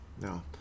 No